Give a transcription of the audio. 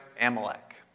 Amalek